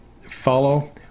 follow